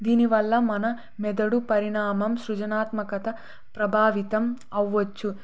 దీనివల్ల మన మెదడు పరిణామం సృజనాత్మకత ప్రభావితం అవ్వవచ్చు